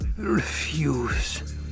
refuse